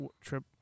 trip